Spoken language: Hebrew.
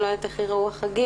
אני לא יודעת איך ייראו החגים,